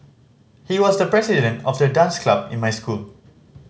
he was the president of the dance club in my school